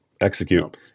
execute